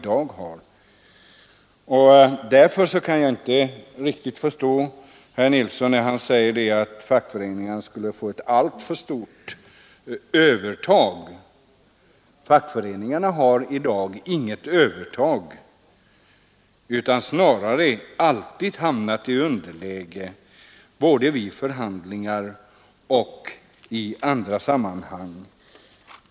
Därför kan jag inte riktigt förstå herr Nilsson när han säger att fackföreningarna skulle få ett alltför stort övertag. Fackföreningarna har i dag inget övertag, utan de har snarare alltid hamnat i underläge både vid förhandlingar och i andra sammanhang.